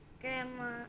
grandma